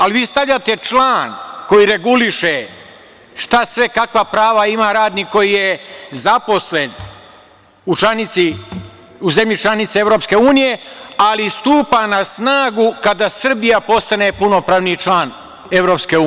Ali vi stavljate član koji reguliše kakva prava ima radnik koji je zaposlen u zemlji članici EU, ali stupa na snagu kada Srbija postane punopravni član EU.